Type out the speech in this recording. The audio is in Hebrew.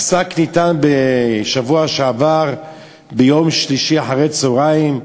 הפסק ניתן בשבוע שעבר ביום שלישי אחרי-הצהריים,